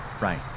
Right